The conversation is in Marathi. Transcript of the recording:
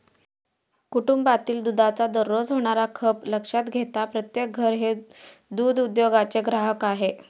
कुटुंबातील दुधाचा दररोज होणारा खप लक्षात घेता प्रत्येक घर हे दूध उद्योगाचे ग्राहक आहे